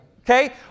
Okay